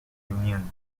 unions